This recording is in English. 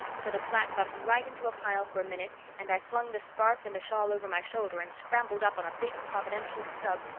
for the flat bumped right into a pile for a minute and i flung the scarf and the shawl over my shoulder and scrambled up on a big providential stub.